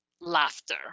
laughter